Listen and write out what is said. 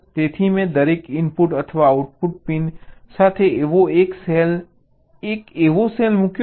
તેથી મેં દરેક ઇનપુટ અથવા આઉટપુટ પિન સાથે એવો એક સેલ એક એવો સેલ મૂક્યો છે